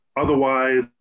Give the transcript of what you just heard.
Otherwise